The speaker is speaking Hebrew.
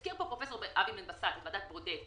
הזכיר פה פרופסור אבי בן בסט את ועדת ברודט,